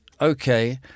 okay